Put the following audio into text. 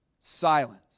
Silence